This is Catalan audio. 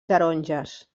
taronges